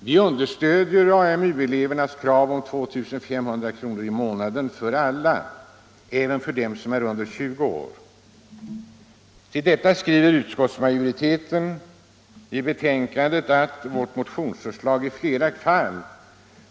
Vi understödjer AMU-elevernas krav om 2 500 kr. i månaden för alla — även för dem som är under 20 år. Till detta skriver utskottsmajoriteten i betänkandet att vårt motionsförslag i flera fall